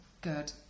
Good